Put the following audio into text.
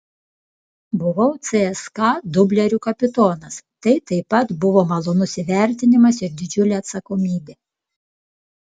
buvau cska dublerių kapitonas tai taip pat buvo malonus įvertinimas ir didžiulė atsakomybė